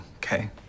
okay